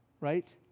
right